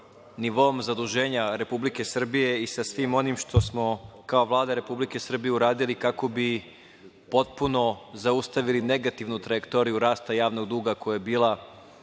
nivoom zaduženja Republike Srbije i sa svim onim što smo kao Vlada Republike Srbije uradili kako bi potpuno zaustavili negativnu trajektoriju rasta javnog duga koja je bila